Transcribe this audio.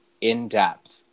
in-depth